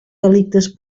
delictes